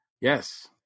Yes